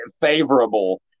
favorable